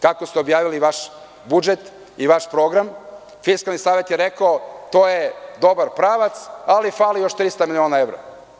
Kako ste objavili vaš budžet i vaš program Fiskalni savet je rekao - to je dobar pravac, ali fali još 300 miliona evra.